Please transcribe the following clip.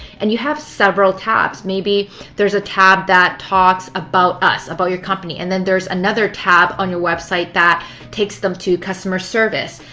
and you have several tabs. maybe there's a tab that talks about us, about your company. and then there's another tab on your website that takes them to customer service.